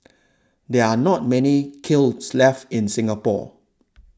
there are not many kilns left in Singapore